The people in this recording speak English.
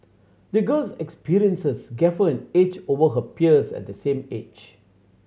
the girl's experiences gave her an edge over her peers at the same age